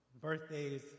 birthdays